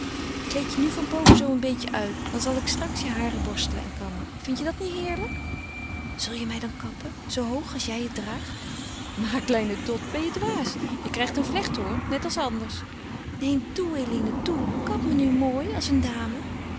kleed je nu van boven zoo een beetje uit dan zal ik straks je haren borstelen en kammen vindt je dat niet heerlijk zal je mij dan kappen zoo hoog als jij het draagt maar kleine dot ben je dwaas je krijgt een vlecht hoor net als anders neen toe eline toe kap me nu mooi als een dame